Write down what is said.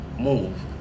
move